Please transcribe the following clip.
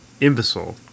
imbecile